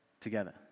together